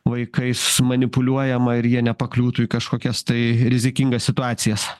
vaikais manipuliuojama ir jie nepakliūtų į kažkokias tai rizikingas situacijas